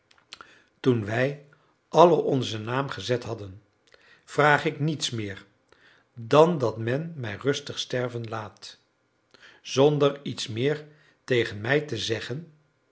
toen wij allen onzen naam gezet hadden vraag ik niets meer dan dat men mij rustig sterven laat zonder iets meer tegen mij te zeggen